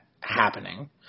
happening